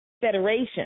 Federation